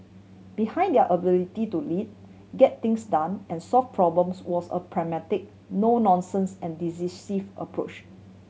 behind their ability to lead get things done and solve problems was a pragmatic no nonsense and decisive approach